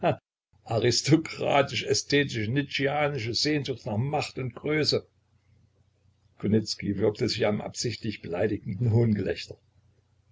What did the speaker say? aristokratisch ästhetisch nietzscheanische sehnsucht nach macht und größe kunicki würgte sich am absichtlichen beleidigenden hohngelächter